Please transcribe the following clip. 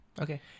Okay